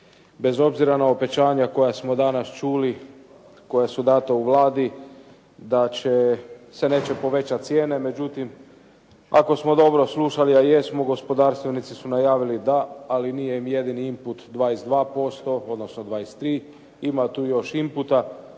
Bez obzira na obećanja koja smo danas čuli, koja su dana u Vladi da se neće povećati cijene, međutim ako smo dobro slušali, a jesmo, gospodarstvenici su najavili da, ali nije im jedini input 22%, odnosno 23, ima tu još inputa.